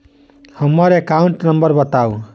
हम्मर account number बताऊ?